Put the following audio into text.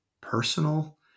personal